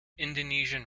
indonesian